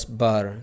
bar